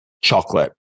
chocolate